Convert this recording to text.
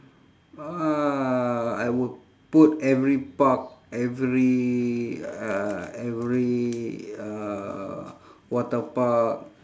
uh I would put every park every uh every uh water park